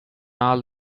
all